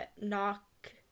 knock